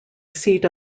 seat